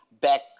back –